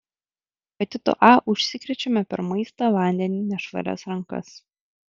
hepatitu a užsikrečiama per maistą vandenį nešvarias rankas